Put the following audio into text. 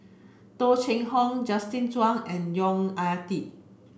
Tung Chye Hong Justin Zhuang and Yong Ah Kee